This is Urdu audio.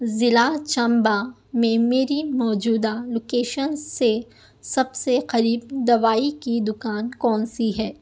ضلع چمبہ میں میری موجودہ لوکیشن سے سب سے قریب دوائی کی دکان کون سی ہے